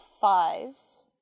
fives